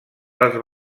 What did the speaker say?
les